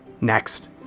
Next